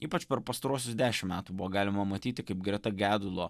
ypač per pastaruosius dešim metų buvo galima matyti kaip greta gedulo